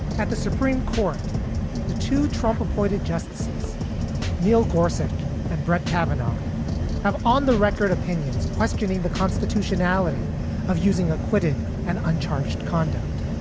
at the supreme court to trump appointed justices neil korsak and brett kavanaugh have on the record opinions questioning the constitutionality of using acquitted and uncharged conduct.